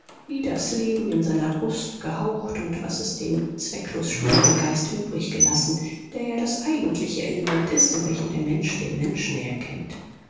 wie das leben in seiner brust gehaust und was es dem zwecklos spielenden geist übrig gelassen der ja das eigentliche element ist in welchem der mensch den menschen erkennt